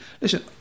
Listen